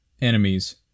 enemies